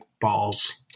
balls